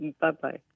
Bye-bye